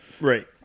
Right